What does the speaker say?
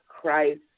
Christ